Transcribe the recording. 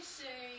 say